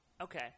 Okay